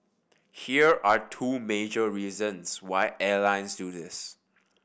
here are two major reasons why airlines do this